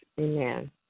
Amen